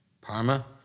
Parma